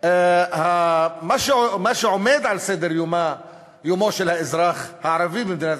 מה שעומד על סדר-יומו של האזרח הערבי במדינת